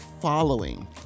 following